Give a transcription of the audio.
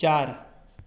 चार